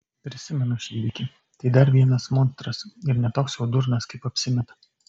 prisimenu šį įvykį tai dar vienas monstras ir ne toks jau durnas kaip apsimeta